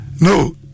No